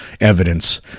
evidence